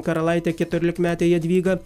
karalaitę keturiolikmetę jadvygą